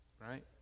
right